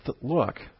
look